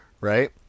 right